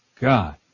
God